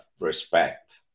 respect